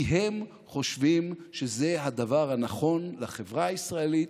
כי הם חושבים שזה הדבר הנכון לחברה הישראלית,